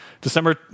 December